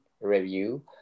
review